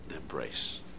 embrace